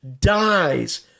dies